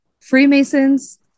Freemasons